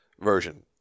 version